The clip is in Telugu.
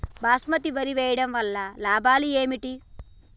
బాస్మతి వరి వేయటం వల్ల లాభాలు ఏమిటి?